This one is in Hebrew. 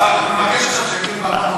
תעשה שיעורי בית לפני שאתה אומר,